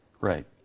Right